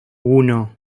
uno